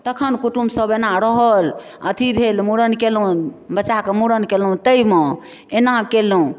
तखन कुटुम्ब सब एना रहल अथि भेल मुड़न कयलहुँ बच्चा कऽ मुड़न कयलहुँ ताहिमे एना कयलहुँ